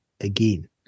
again